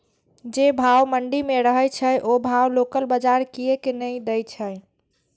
जे भाव मंडी में रहे छै ओ भाव लोकल बजार कीयेक ने दै छै?